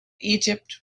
egypt